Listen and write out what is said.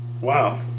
Wow